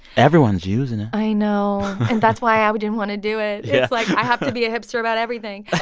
everyone's using it i know. and that's why i but didn't want to do it yeah it's like i have to be a hipster about everything